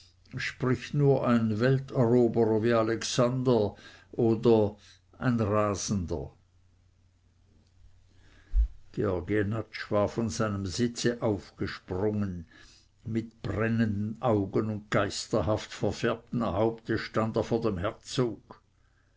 spricht nur ein welteroberer wie alexander oder ein rasender georg jenatsch war von seinem sitze aufgesprungen mit brennenden augen und geisterhaft verfärbtem haupte stand er vor dem herzog